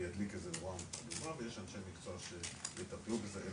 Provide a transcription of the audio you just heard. זה ידליק נורה אדומה ויש אנשי מקצוע שיטפלו בזה,